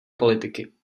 politiky